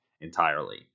Entirely